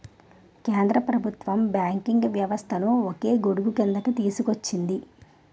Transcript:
కేంద్ర ప్రభుత్వం బ్యాంకింగ్ వ్యవస్థను ఒకే గొడుగుక్రిందికి తీసుకొచ్చింది